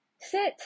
sit